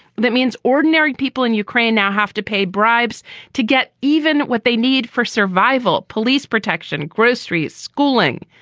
that means ordinary people in ukraine now have to pay bribes to get even what they need for survival police protection, groceries, schooling.